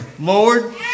Lord